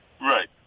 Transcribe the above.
Right